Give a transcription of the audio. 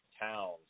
towns